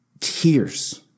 tears